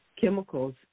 chemicals